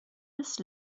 this